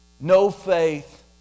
no-faith